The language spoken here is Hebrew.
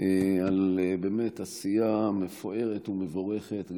על עשייה באמת מפוארת ומבורכת,